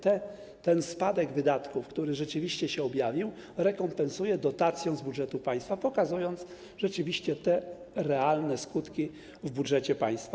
Ten spadek wydatków, który rzeczywiście się objawił, rekompensuje dotacją z budżetu państwa, pokazując rzeczywiście te realne skutki w budżecie państwa.